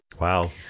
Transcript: Wow